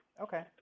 okay